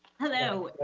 hello?